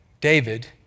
David